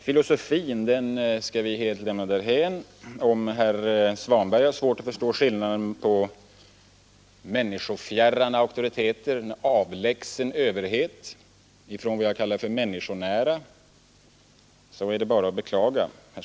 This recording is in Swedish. Filosofin skall vi helt lämna därhän. Om herr Svanberg har svårt att förstå skillnaden mellan människofjärran auktoriteter, en avlägsen överhet, och vad jag kallar för människonära auktoriteter, är det bara att beklaga.